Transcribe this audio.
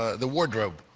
the wardrobe.